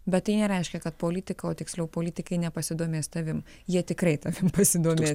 bet tai nereiškia kad politika o tiksliau politikai nepasidomės tavim jie tikrai tavim pasidomės